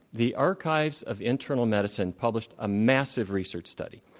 the archives of internal medicine published a massive research study.